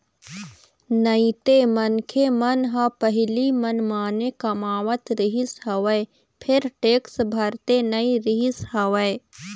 नइते मनखे मन ह पहिली मनमाने कमावत रिहिस हवय फेर टेक्स भरते नइ रिहिस हवय